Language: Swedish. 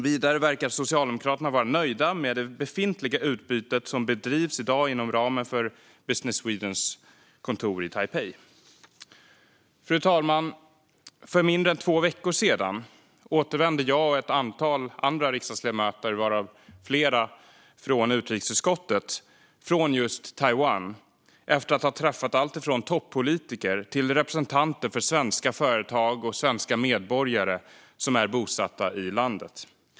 Vidare verkar Socialdemokraterna vara nöjda med det befintliga utbyte som bedrivs i dag inom ramen för Business Swedens kontor i Taipei. Fru talman! För mindre än två veckor sedan återvände jag och ett antal andra riksdagsledamöter, varav flera från utrikesutskottet, från just Taiwan efter att ha träffat alltifrån toppolitiker till representanter för svenska företag och svenska medborgare bosatta i landet.